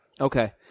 Okay